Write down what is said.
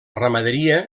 ramaderia